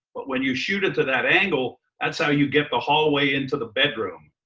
but when you shoot it to that angle, that's how you get the hallway into the bedroom.